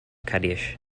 kaddish